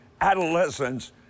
adolescents